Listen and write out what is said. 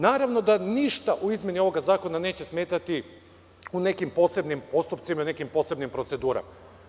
Naravno da ništa u izmeni ovoga zakona neće smetati u nekim posebnim postupcima i nekim posebnim procedurama.